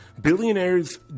billionaires